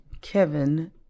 Kevin